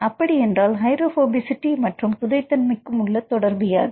அப்படி என்றால் ஹைட்ரோபோபசிட்டி மற்றும் புதை தன்மைக்கும் உள்ள தொடர்பு யாது